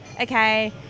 Okay